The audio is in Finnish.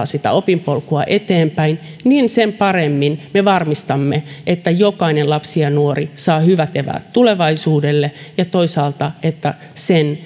sitä opinpolkua eteenpäin niin sen paremmin me varmistamme sen että jokainen lapsi ja nuori saa hyvät eväät tulevaisuudelle ja toisaalta sen